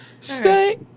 Stay